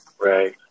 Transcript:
right